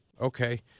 Okay